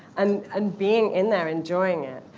and and being in there enjoying it.